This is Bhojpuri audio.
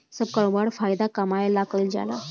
सब करोबार फायदा कमाए ला कईल जाल